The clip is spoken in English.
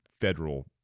federal